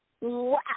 Wow